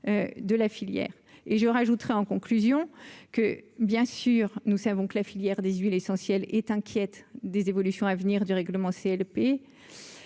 de la filière et je rajouterai en conclusion. Que bien sûr nous savons que la filière des huiles essentielles et t'inquiète des évolutions à venir du règlement CLP